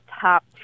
top